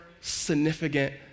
significant